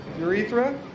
Urethra